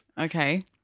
Okay